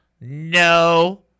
no